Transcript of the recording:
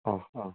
অঁ অঁ